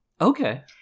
okay